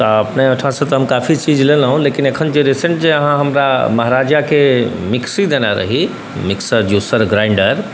तऽ अपने ओहिठामसँ तऽ हम काफी चीज लेलहुँ लेकिन एखन जे रिसेन्ट जे अहाँ हमरा महाराजाके मिक्सी देने रही मिक्सर जूसर ग्राइण्डर